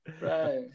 right